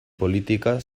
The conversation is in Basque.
politika